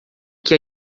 que